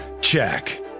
check